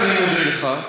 אני מודה לך.